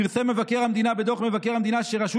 פרסם מבקר המדינה בדוח מבקר המדינה שרשות